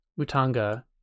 Mutanga